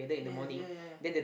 ya ya ya ya